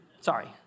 Sorry